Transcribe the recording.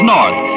North